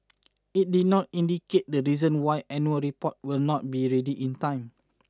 it did not indicate the reason why annual report will not be ready in time